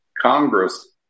Congress